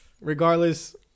regardless